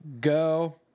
go